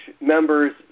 members